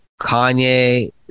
Kanye